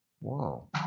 Wow